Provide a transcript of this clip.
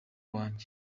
wanjye